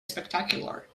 spectacular